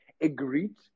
agreed